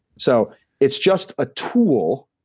so it's just a tool.